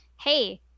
hey